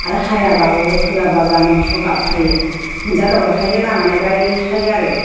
आरो हायाबाबो होयाबाबो आंना मोसौआ गाबखायो मोनजादावग्राखायनो लामा नायबाय थाखायो आरो